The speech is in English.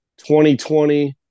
2020